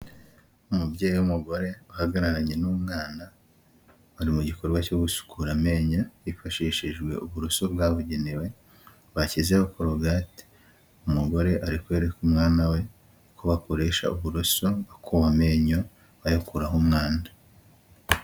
Umubyeyi w'umugore uhagararanye n'umwana bari mu gikorwa cyo gusukura amenyo hifashishijwe uburoso bwabugenewe, bashyizeho korogate, umugore ari kwereka umwana we, uko bakoresha uburoso bakuba amenyo bayakuraho umwanda.